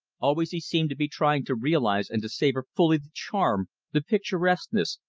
always he seemed to be trying to realize and to savor fully the charm, the picturesqueness,